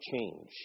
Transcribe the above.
change